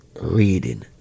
reading